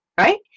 Right